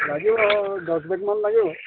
লাগিব দহ বেগ মান লাগিব